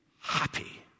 happy